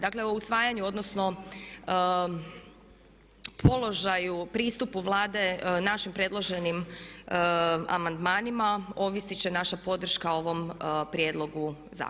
Dakle, u usvajanju, odnosno položaju, pristupu Vlade našim predloženim amandmanima ovisit će naša podrška ovom prijedlogu zakona.